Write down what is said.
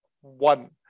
one